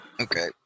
Okay